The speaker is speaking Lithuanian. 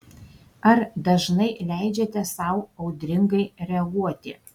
ar dažnai leidžiate sau audringai reaguoti